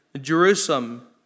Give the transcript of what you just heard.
Jerusalem